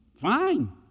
fine